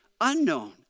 unknown